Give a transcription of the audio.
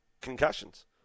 concussions